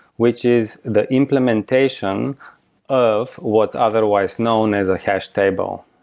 which is the implementation of what's otherwise known as a hash table.